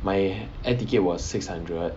my air ticket was six hundred